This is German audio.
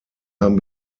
haben